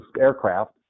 aircraft